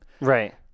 right